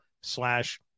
slash